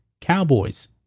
Cowboys